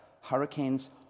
hurricanes